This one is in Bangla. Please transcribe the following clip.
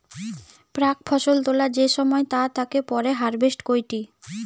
প্রাক ফসল তোলা যে সময় তা তাকে পরে হারভেস্ট কইটি